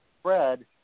spread